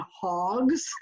Hogs